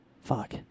Fuck